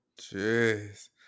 Jeez